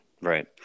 right